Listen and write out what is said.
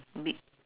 a bit